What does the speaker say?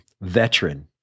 veteran